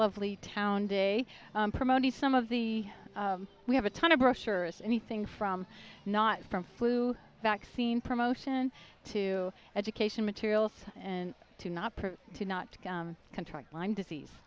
lovely town day promoting some of the we have a ton of brochures anything from not from flu vaccine promotion to education materials and to not to not to contract lyme disease